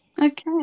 Okay